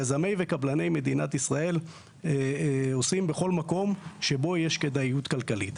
יזמי וקבלני מדינת ישראל עושים בכל מקום שבו יש כדאיות כלכלית,